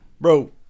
bro